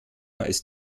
ist